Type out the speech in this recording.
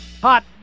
Hot